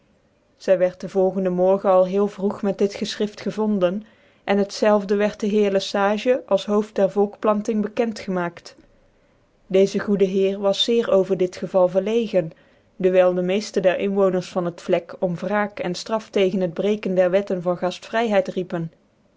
zy wierd den volgende morgen al heel vroeg met dit gefchrift gevonden en het zelve wierd dc heer le sage als hooft der volkplanting bekend gemaakt deze goede heer was zeer over dii geval verlegen tcrwyl de meefte der inwoondcrs van het vlek om wraak en ftraf tegen het brecken der wetten van gaftvryheid riepen